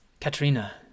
Katrina